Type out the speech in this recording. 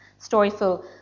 storyful